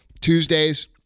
Tuesdays